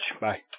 Bye